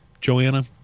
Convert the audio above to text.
Joanna